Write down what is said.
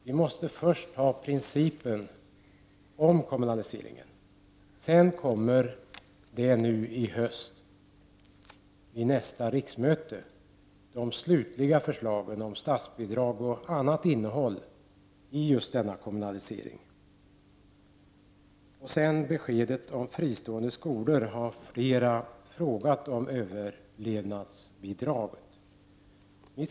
Vi måste först ha principen om kommunaliseringen — vid nästa riksmöte, i höst, kommer det slutliga förslaget om statsbidrag och annat innehåll i just denna kommunalisering. Sedan till beskedet om fristående skolor; flera har frågat om överlevnadsbidrag.